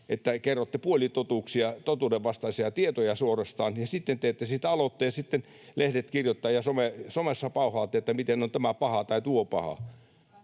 että kerrotte puolitotuuksia, totuudenvastaisia tietoja suorastaan, ja sitten teette siitä aloitteen ja sitten lehdet kirjoittavat ja somessa pauhaatte, että miten on tämä paha tai tuo paha.